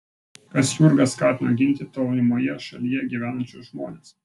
kas jurgą skatino ginti tolimoje šalyje gyvenančius žmones